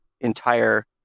entire